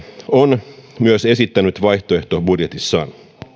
on myös esittänyt vaihtoehtobudjetissaan